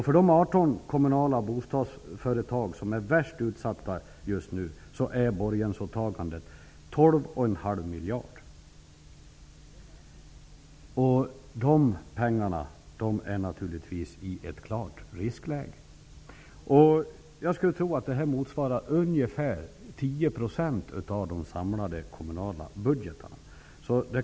För de 18 kommunala bostadsföretag som är värst utsatta just nu uppgår borgensåtagandet till 12 1/2 miljard. Dessa pengar riskerar kommunerna naturligtvis att förlora. Jag skulle tro att dessa summor motsvarar ungefär 10 % av de samlade kommunala budgetarna.